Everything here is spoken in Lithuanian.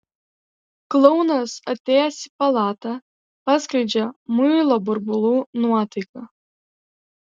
klounas atėjęs į palatą paskleidžia muilo burbulų nuotaiką